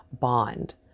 bond